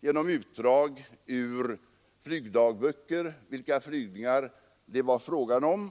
genom utdrag ur flygdagböcker vilka flygningar det var fråga om.